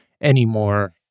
anymore